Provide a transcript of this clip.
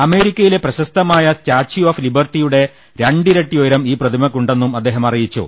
അമേരിക്കയിലെ പ്രശസ്തമായു statue of ലിബർട്ടിയുടെ രണ്ടിരട്ടി ഉയരം ഈ പ്രതിമക്കുണ്ടെന്നും അദ്ദേഹം അറിയിച്ചു